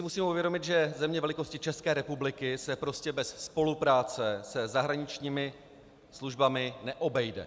Musíme si uvědomit, že země velikosti České republiky se prostě bez spolupráce se zahraničními službami neobejde.